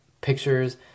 pictures